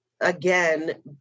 again